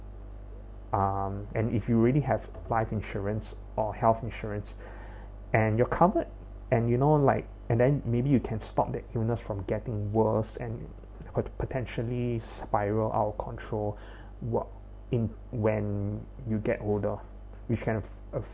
um and if you really have life insurance or health insurance and your comfort and you know like and then maybe you can stop the illness from getting worse and could potentially spiral out of control w~ in when you get older we should have f~